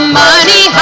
money